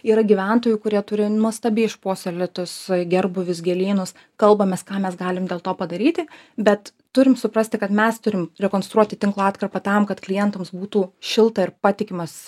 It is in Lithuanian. yra gyventojų kurie turi nuostabiai išpuoselėtus gerbūvius gėlynus kalbamės ką mes galim dėl to padaryti bet turim suprasti kad mes turim rekonstruoti tinklų atkarpą tam kad klientams būtų šilta ir patikimas